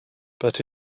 but